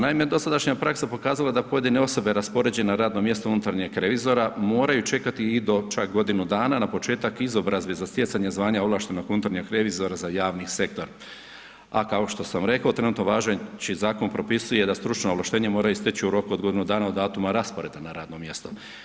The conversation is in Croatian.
Naime, dosadašnja praksa pokazala je da pojedine osobe raspoređene na radno mjesto unutarnjeg revizora moraju čekati i do čak godinu dana na početak izobrazbe za stjecanje zvanja ovlaštenog unutarnjeg revizora za javni sektor a kao što sam rekao trenutno važeći zakon propisuje da stručno ovlaštenje moraju steći u roku od godinu dana od datuma rasporeda na radno mjesto.